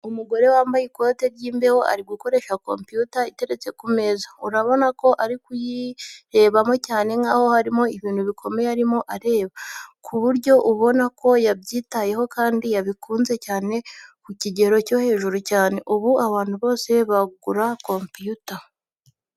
Umugore wambaye ikote ry'imbeho ari gukoresha kompiyuta iteretse ku meza, urabona ko ari kuyirebamo cyane nkaho harimo ibintu bikomeye arimo arareba, ku buryo ubona ko yabyitayeho kandi yabikunze cyane ku kigero cyo hejuru cyane. Ubu abantu bose bagura kompiyuta.